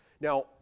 now